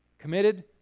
Committed